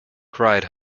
cried